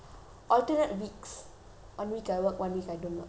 on week I work one week I don't work one week I work uh I don't know